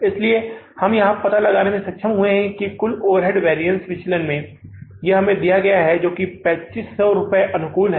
इसलिए हम यह पता लगाने में सक्षम हुए हैं कि कुल ओवरहेड लागत विचलन यह हमें दिया गया है जो 2500 अनुकूल है